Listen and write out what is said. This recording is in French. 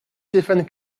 stéphane